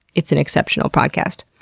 it's an exceptional podcast.